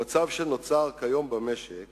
במצב שנוצר כיום במשק